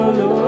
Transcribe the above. Lord